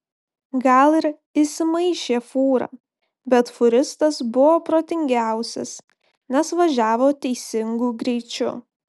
gal ir įsimaišė fūra bet fūristas buvo protingiausias nes važiavo teisingu greičiu